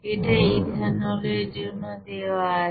এটা ইথানল এর জন্য দেওয়া আছে